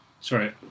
Sorry